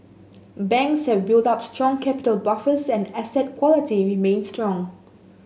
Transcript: banks have built up strong capital buffers and asset quality remains strong